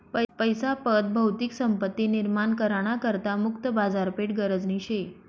पैसा पत भौतिक संपत्ती निर्माण करा ना करता मुक्त बाजारपेठ गरजनी शे